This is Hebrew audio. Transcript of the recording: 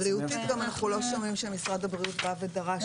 גם בריאותית אנחנו לא שומעים שמשרד הבריאות דרש את זה.